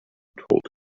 told